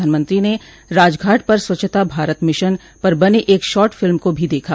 प्रधानमंत्री ने राजघाट पर स्वच्छता भारत मिशन पर बनी एक शार्ट फिल्म देखी